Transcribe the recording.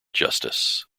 justice